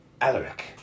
Alaric